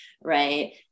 right